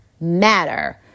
matter